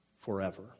forever